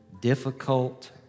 difficult